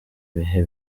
bihe